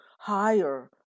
higher